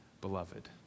beloved